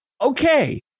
okay